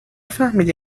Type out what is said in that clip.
فهمیدی